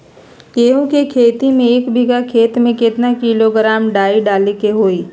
गेहूं के खेती में एक बीघा खेत में केतना किलोग्राम डाई डाले के होई?